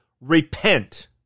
repent